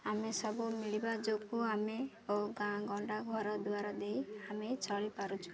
ଆମେ ସବୁ ମିଳିବା ଯୋଗୁଁ ଆମେ ଓ ଗାଁ ଗଣ୍ଡା ଘର ଦ୍ୱାର ଦେଇ ଆମେ ଚଳିପାରୁଛୁ